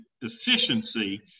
efficiency